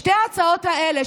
שתי ההצעות האלה,